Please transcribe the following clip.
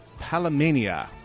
Palamania